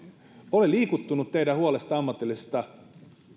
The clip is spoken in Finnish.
olen liikuttunut teidän huolestanne ammatillisesta